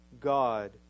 God